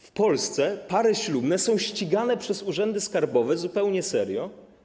W Polsce pary ślubne są ścigane przez urzędy skarbowe zupełnie serio.